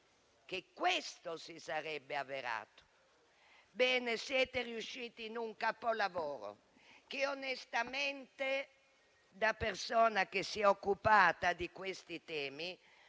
che questo si sarebbe avverato? Ebbene, siete riusciti in un capolavoro che onestamente, da persona che si è occupata di questi temi,